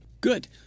Good